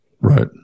Right